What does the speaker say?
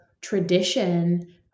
tradition